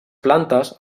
plantes